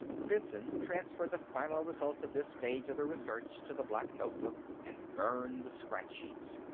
benson transferred the final results of this stage of the research to the black notebook and burned the scratch-sheets.